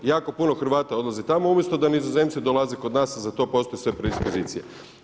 Jako puno Hrvata odlazi tamo umjesto da Nizozemci dolaze kod nas za to postoje sve predispozicije.